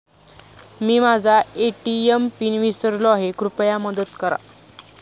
मी माझा ATM PIN विसरलो आहे, कृपया मदत करा